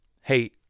hey